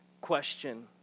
question